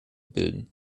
bilden